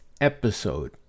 episode